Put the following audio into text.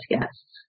guests